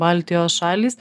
baltijos šalys